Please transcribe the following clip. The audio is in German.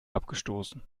abgestoßen